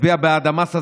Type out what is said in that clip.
להצביע בעד המס הזה,